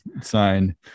sign